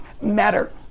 matter